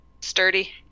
sturdy